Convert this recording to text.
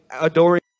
adoring